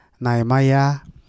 naimaya